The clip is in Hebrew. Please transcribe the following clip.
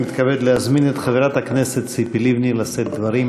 אני מתכבד להזמין את חברת הכנסת ציפי לבני לשאת דברים.